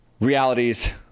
realities